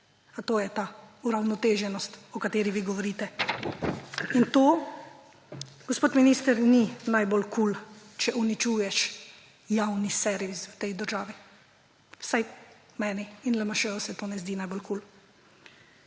A to je ta uravnoteženost, o kateri vi govorite? In to, gospod minister, ni najbolj kul, če uničuješ javni servis v tej državi. Vsaj meni in LMŠ-ju se to ne zdi najbolj kul.